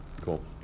Cool